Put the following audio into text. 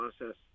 process